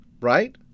right